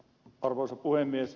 arvoisa puhemies